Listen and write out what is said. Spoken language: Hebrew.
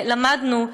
למדנו.